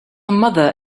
mother